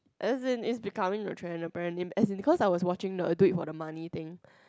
as it in becoming a trended brand as in because I was watching I do it for the money thing